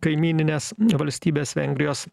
kaimyninės valstybės vengrijos